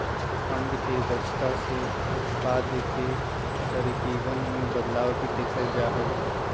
fund के दक्षता से उत्पाद के तरीकवन में बदलाव भी देखल जा हई